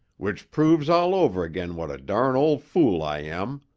which proves all over again what a darn' old fool i am.